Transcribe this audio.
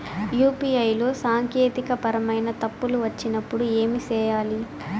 UPI లో సాంకేతికపరమైన పరమైన తప్పులు వచ్చినప్పుడు ఏమి సేయాలి